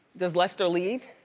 does lester leave?